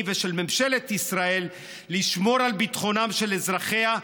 ושל ממשלת ישראל לשמור על ביטחונם של אזרחיה,